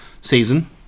season